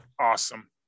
Awesome